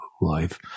life